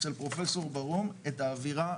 אצל פרופסור ברהום את האווירה,